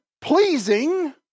pleasing